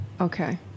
okay